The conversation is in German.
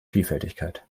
vielfältigkeit